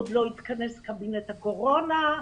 עוד לא התכנס קבינט הקורונה,